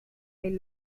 del